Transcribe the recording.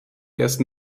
erst